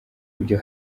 ibyo